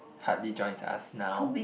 hardly joins us now